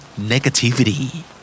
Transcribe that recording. negativity